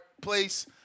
place